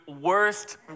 worst